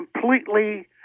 completely